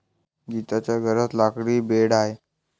गीताच्या घरात लाकडी बेड आहे